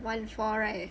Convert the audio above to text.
one four right